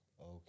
Okay